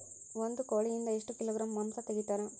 ಒಂದು ಕೋಳಿಯಿಂದ ಎಷ್ಟು ಕಿಲೋಗ್ರಾಂ ಮಾಂಸ ತೆಗಿತಾರ?